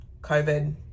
COVID